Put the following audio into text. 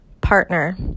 Partner